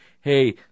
Hey